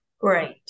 Great